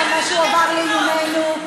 שלא יעמדו וישקרו פה.